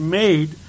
made